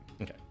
okay